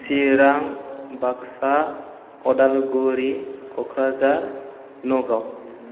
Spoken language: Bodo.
चिरां बाक्सा उदालगुरि क'क्राझार न'गाव